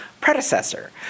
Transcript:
predecessor